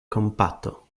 kompato